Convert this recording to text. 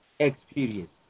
experience